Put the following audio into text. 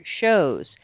shows